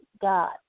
God